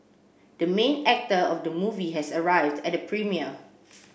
the main actor of the movie has arrived at the premiere